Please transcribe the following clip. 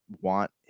want